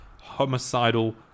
homicidal